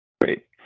Great